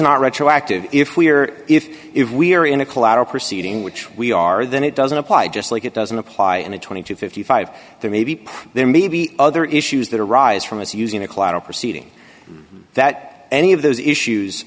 not retroactive if we're if if we're in a collateral proceeding which we are then it doesn't apply just like it doesn't apply in a twenty to fifty five there may be proof there may be other issues that arise from this using a collateral proceeding that any of those issues